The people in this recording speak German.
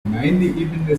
gemeindeebene